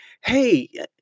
Hey